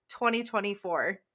2024